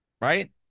right